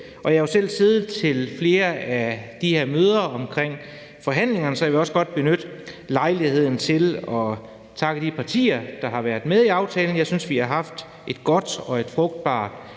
Jeg har jo selv siddet til flere af de her møder omkring forhandlingerne, så jeg vil også godt benytte lejligheden til at takke de partier, der er med i aftalen. Jeg synes, vi har haft et godt og frugtbart